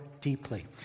deeply